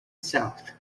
south